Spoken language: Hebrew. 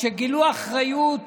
שגילו אחריות